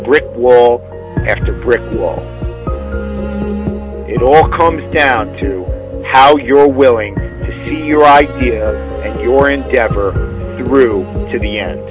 brick wall after brick wall it all comes down to how you are willing to see your idea and your endeavor through to the end